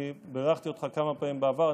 אני בירכתי אותך כמה פעמים בעבר,